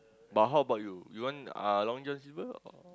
but how about you you want uh Long-John-Silver or